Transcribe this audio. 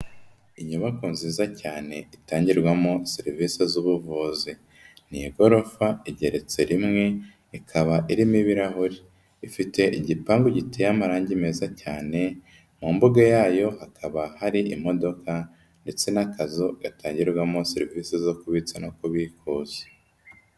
Inyubako nziza cyane, itangirwamo serivise z'ubuvuzi, ni igorofa, igeretse rimwe, ikaba irimo ibirahuri, ifite igipangu giteye amarangi meza cyane, mu mbuga yayo hakaba hari imodoka ndetse n'akazu gatangirwamo serivise zo kubitsa no kubikuza.